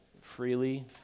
freely